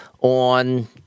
on